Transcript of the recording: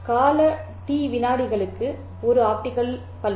கால T விநாடிகளுக்கு ஒரு ஆப்டிகல் துடிப்பு